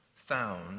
Sound